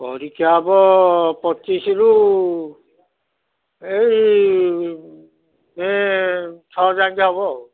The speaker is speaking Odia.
ପରୀକ୍ଷା ହେବ ପଚିଶରୁ ଏଇ ଏ ଛଅ ଯାକେ ହେବ ଆଉ